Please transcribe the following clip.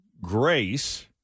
Grace